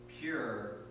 pure